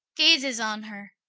gazes on her.